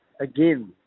again